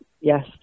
Yes